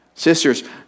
Sisters